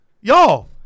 Y'all